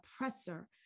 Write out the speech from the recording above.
oppressor